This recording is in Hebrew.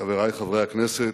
חברי חברי הכנסת,